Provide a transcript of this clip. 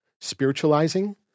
spiritualizing